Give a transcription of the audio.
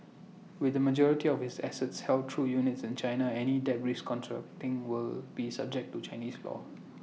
with the majority of its assets held through units in China any debt restructuring will be subject to Chinese law